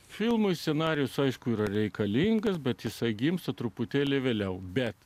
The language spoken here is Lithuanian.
filmui scenarijus aišku yra reikalingas bet jisai gimsta truputėlį vėliau bet